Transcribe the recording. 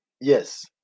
yes